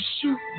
Shoot